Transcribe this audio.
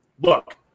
look